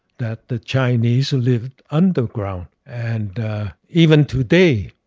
that the chinese lived underground. and even today,